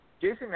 Jason